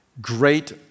Great